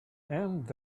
and